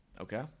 okay